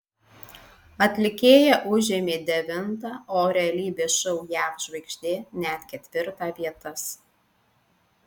atlikėja užėmė devintą o realybės šou jav žvaigždė net ketvirtą vietas